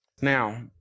Now